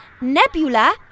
Nebula